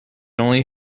only